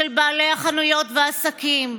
של בעלי החנויות והעסקים,